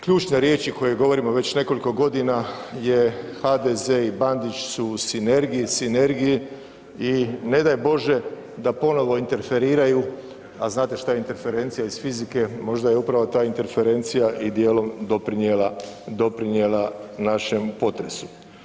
Ključne riječi koje govorimo već nekoliko godina je HDZ i Bandić su u sinergiji i ne daj Bože da ponovno interferiraju, a znate šta je interferencija iz fizike, možda je upravo ta interferencija i dijelom doprinijela, doprinijela našem potresu.